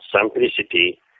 simplicity